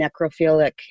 necrophilic